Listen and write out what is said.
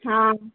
हाँ